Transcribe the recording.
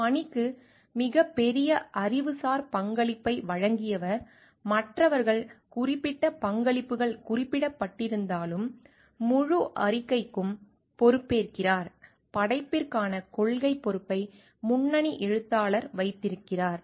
பணிக்கு மிகப்பெரிய அறிவுசார் பங்களிப்பை வழங்கியவர் மற்றவர்கள் குறிப்பிட்ட பங்களிப்புகள் குறிப்பிடப்பட்டிருந்தாலும் முழு அறிக்கைக்கும் பொறுப்பேற்கிறார் படைப்பிற்கான கொள்கைப் பொறுப்பை முன்னணி எழுத்தாளர் வைத்திருக்கிறார்